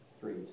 three